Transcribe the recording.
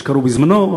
מה שקראו בזמנו,